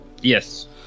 Yes